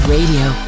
Radio